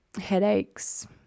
headaches